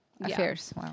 affairs